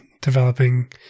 developing